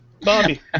Bobby